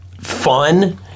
fun